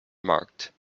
marked